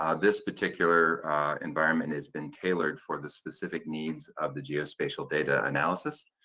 ah this particular environment has been tailored for the specific needs of the geospatial data analysis.